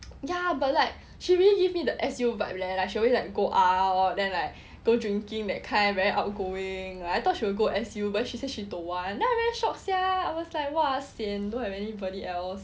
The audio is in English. ya but like she really give me the S_U vibe leh she always like go out then like go drinking that kind very outgoing I thought she will go S_U but she said she don't want then I very shock sia I was like !wah! sian don't have